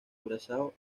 curazao